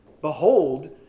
Behold